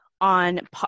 on